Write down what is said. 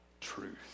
truth